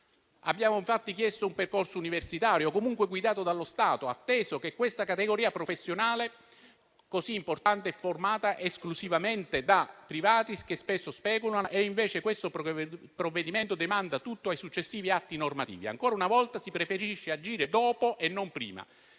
Abbiamo infatti chiesto un percorso universitario o comunque guidato dallo Stato, atteso che questa categoria professionale così importante è formata esclusivamente da privati, che spesso ci speculano. Invece questo provvedimento demanda tutto ai successivi atti normativi: ancora una volta si preferisce agire dopo e non prima.